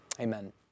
Amen